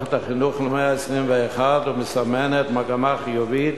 מערכת החינוך למאה ה-21 ומסמנת מגמה חיובית